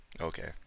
Okay